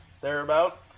thereabout